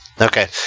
Okay